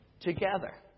together